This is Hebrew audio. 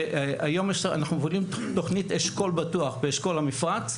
אנחנו בונים תוכנית אשכול בטוח באשכול המפרץ,